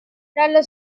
dallo